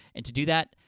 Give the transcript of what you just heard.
and to do that,